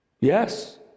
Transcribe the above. Yes